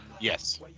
Yes